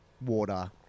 water